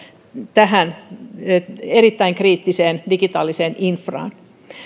tähän erittäin kriittiseen digitaaliseen infraan